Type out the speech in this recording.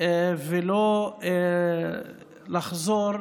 ולא לחזור